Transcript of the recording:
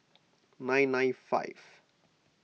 nine nine five